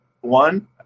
one